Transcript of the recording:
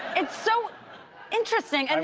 it's so interesting, and